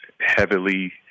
heavily